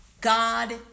God